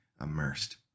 immersed